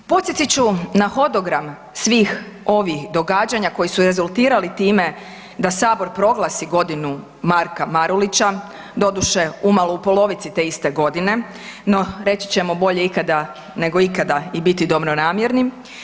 Podsjetit ću na hodogram svih ovih događanja koji su rezultirali time da Sabor proglasi Godinu Marka Marulića, doduše, umalo u polovici te iste godine, no, reći ćemo bolje ikada nego ikada i biti dobronamjerni.